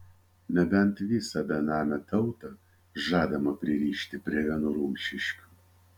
nebent visą benamę tautą žadama pririšti prie vienų rumšiškių